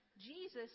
Jesus